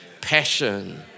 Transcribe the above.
passion